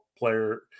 player